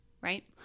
Right